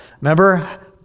Remember